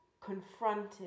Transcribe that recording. confronted